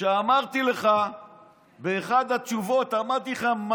שאמרתי לך באחת התשובות, אמרתי לך: